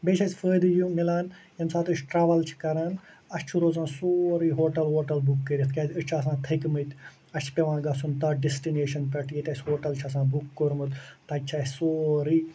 بیٚیہِ چھِ اَسہِ فٲیدٕ یہِ مِلان ییٚمہِ سات أسۍ ٹرول چھِ کَران اَسہِ چھُ روزان سورُے ہوٹل وٹل بُک کٔرِتھ کیٛازِ أسۍ چھِ آسان تھٔکمٕتۍ اَسہِ چھِ پٮ۪وان گَژھن تتھ ڈِسٹنیٚشن پٮ۪ٹھ ییٚتہِ اَسہِ ہوٹل چھُ آسان بُک کوٚرمُت تتہِ چھُ اَسہِ سورُے